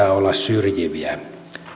olla syrjiviä